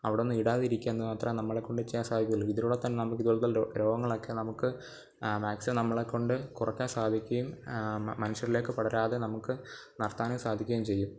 അവിടെയൊന്നും ഇടാതിരിക്കാമെന്നു മാത്രമേ നമ്മളെകൊണ്ടു ചെയ്യാൻ സാധിക്കുകയുള്ളു ഇതിലൂടെ തന്നെ ഇതുപോലെ ഇതുപോലെ തന്നെ രോഗങ്ങളൊക്കെ നമുക്ക് മാക്സിമം നമ്മളെകൊണ്ട് കുറക്കാൻ സാധിക്കും മനുഷ്യരിലേക്ക് പടരാതെ നമുക്ക് നിർത്താനും സാധിക്കുകയും ചെയ്യും